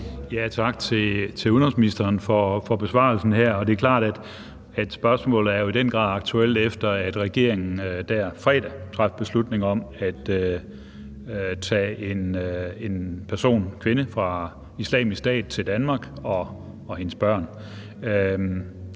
Tak til udenrigsministeren for besvarelsen her. Det er klart, at spørgsmålet jo i den grad er aktuelt, efter at regeringen fredag traf beslutning om at tage en kvinde fra Islamisk Stat og hendes børn